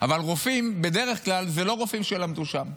אבל רופאים בדרך כלל זה לא רופאים שלמדו שם,